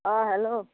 অঁ হেল্ল'